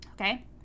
Okay